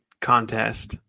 contest